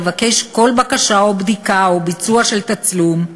לבקש כל בקשה או בדיקה או ביצוע של תצלום,